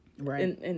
Right